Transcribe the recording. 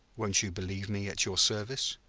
won't you believe me at your service?